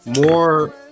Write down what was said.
more